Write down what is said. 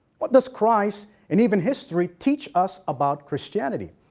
what does christ and even history teach us about christianity?